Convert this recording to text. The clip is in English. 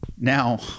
Now